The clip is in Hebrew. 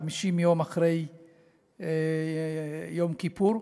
50 יום אחרי יום כיפור,